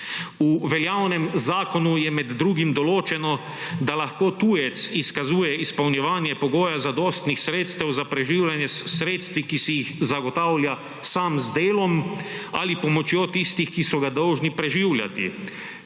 V veljavnem zakonu je med drugim določeno, da lahko tujec izkazuje izpolnjevanje pogoja zadostnih sredstev za preživljanje s sredstvi, ki si jih zagotavlja sam z delom ali pomočjo tistih, ki so ga dolžni preživljati,